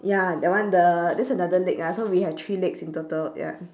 ya that one the that's another leg ah so we have three legs in total ya